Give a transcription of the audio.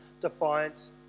defiance